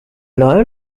lawyer